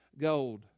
gold